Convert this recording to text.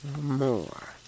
more